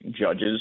judges